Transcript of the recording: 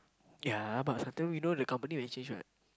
yeah but after that we know the company will change what